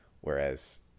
Whereas